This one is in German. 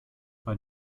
bei